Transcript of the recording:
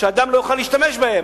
שאדם לא יוכל להשתמש בהם,